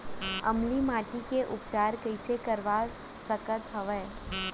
अम्लीय माटी के उपचार कइसे करवा सकत हव?